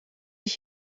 ich